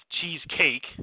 cheesecake